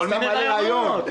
סתם רעיון.